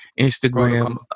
Instagram